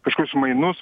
kažkokius mainus